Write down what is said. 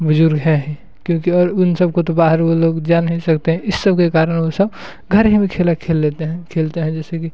बुज़ुर्ग हैं क्योंकि और उन सबको तो बाहर वो लोग जा नहीं सकते इस सब के कारण वो सब घर ही में खेल खेल लेते हैं खेलते हैं जैसे कि